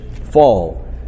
fall